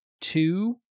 two